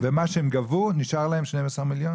ומה שהם גבו, נשאר להם 12 מיליארד.